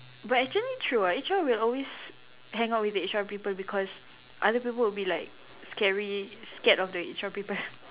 but actually true ah H_R would always hang out with the H_R people because other people would be like scary scared of the H_R people